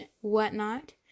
whatnot